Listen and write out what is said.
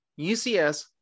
UCS